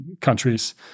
countries